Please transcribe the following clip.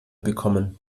bekommen